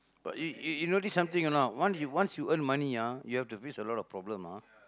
but you you notice something or not once once you earn money ah you have to face a lot of problems ah